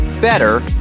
Better